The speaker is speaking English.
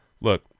Look